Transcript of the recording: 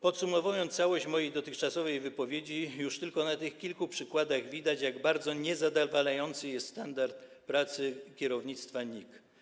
Podsumowując całość mojej dotychczasowej wypowiedzi, już tylko na tych kilku przykładach widać, jak bardzo niezadowalający jest standard pracy kierownictwa NIK.